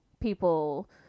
people